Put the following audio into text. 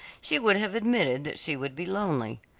she would have admitted that she would be lonely.